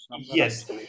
Yes